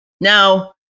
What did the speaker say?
now